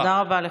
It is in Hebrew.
תודה רבה לך.